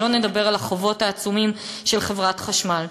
שלא נדבר על החובות העצומים של חברת החשמל.